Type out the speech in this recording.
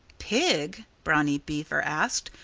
pig? brownie beaver asked.